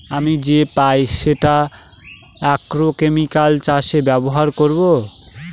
আমি যে পাই সেটা আগ্রোকেমিকাল চাষে ব্যবহার করবো